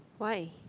why